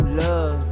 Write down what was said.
love